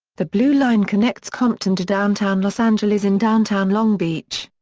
the blue line connects compton to downtown los angeles and downtown long beach.